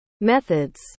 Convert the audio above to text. methods